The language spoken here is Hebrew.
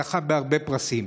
זכה בהרבה פרסים.